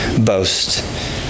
boast